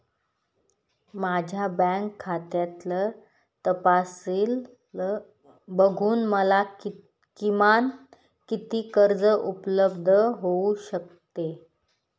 माझ्या बँक खात्यातील तपशील बघून मला किमान किती कर्ज उपलब्ध होऊ शकते?